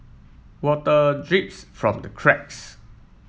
water drips from the cracks